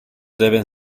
deben